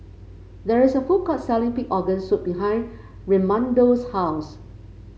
there is a food court selling Pig Organ Soup behind Raymundo's house